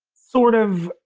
sort of.